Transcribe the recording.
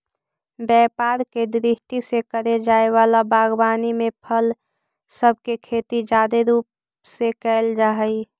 व्यापार के दृष्टि से करे जाए वला बागवानी में फल सब के खेती जादे रूप से कयल जा हई